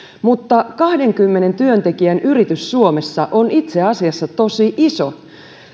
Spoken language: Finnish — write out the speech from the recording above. mutta kahdenkymmenen työntekijän yritys suomessa on itse asiassa tosi iso